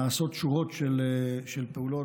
נעשות שורות של פעולות.